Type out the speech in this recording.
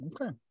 Okay